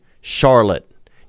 Charlotte